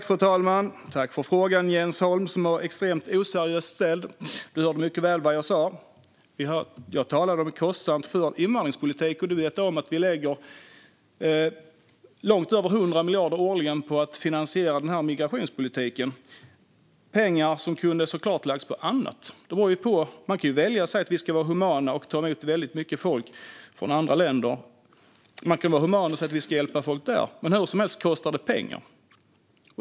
Fru talman! Tack för frågan, Jens Holm! Den var extremt oseriöst ställd. Du hörde mycket väl vad jag sa. Jag talade om kostnaden för invandringspolitik. Du vet att vi lägger långt över 100 miljarder årligen på att finansiera den här migrationspolitiken. Det är pengar som såklart skulle kunna läggas på annat. Man kan välja att säga att vi ska vara humana och ta emot väldigt mycket folk från andra länder. Man kan säga att vi ska vara humana och hjälpa folk där. Men hur som helst kostar det pengar.